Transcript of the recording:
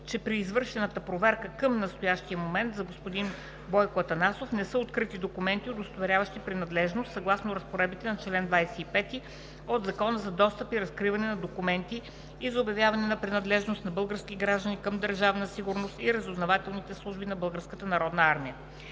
че при извършената проверка, към настоящия момент за господин Бойко Атанасов не са открити документи, установяващи принадлежност, съгласно разпоредбите на чл. 25 от Закона за достъп и разкриване на документите и за обявяване на принадлежност на български граждани към Държавна сигурност и разузнавателните служби на